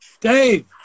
Dave